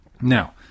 Now